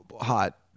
hot